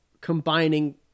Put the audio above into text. combining